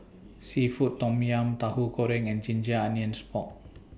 Seafood Tom Yum Tahu Goreng and Ginger Onions Pork